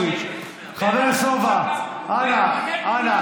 ואתה עומד כאן ואומר: אנחנו נדאג?